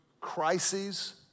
crises